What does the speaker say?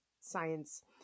science